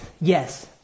Yes